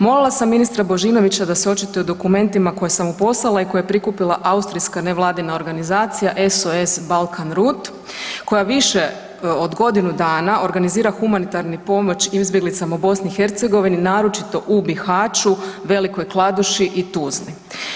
Molila sam ministra Božinovića da se očituje o dokumentima koje sam mu poslala i koje je prikupila austrijska nevladina organizacija SOS Balkanroute koja više od godinu dana organizira humanitarnu pomoć izbjeglicama u BiH, naročito u Bihaću, Velikoj Kladuši i Tuzli.